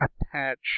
attach